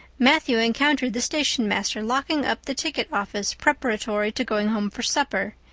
matthew encountered the stationmaster locking up the ticket office preparatory to going home for supper,